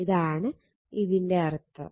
ഇതാണ് ഇതിന്റെ അർഥം